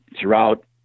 throughout